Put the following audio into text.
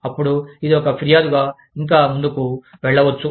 అప్పుడు ఇది ఒక ఫిర్యాదుగా ఇంకా ముందుకు వెళ్ళవచ్చు